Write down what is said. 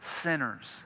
sinners